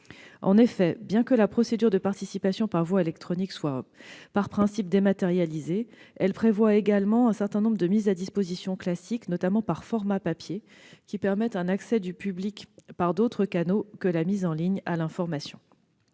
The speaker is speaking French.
En effet, bien que la procédure de participation par voie électronique soit par principe dématérialisée, elle prévoit également un certain nombre de mises à disposition classiques, notamment par format papier, qui permettent un accès du public à l'information par d'autres canaux que la mise en ligne. Le public